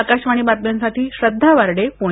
आकाशवाणी बातम्यांसाठी श्रद्धा वार्डे पुणे